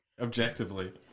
Objectively